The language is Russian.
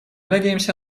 надеемся